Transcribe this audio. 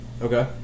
Okay